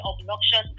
obnoxious